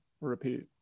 repeat